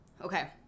Okay